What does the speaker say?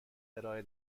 ارائه